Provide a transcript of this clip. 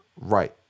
right